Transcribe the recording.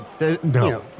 No